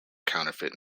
counterfeit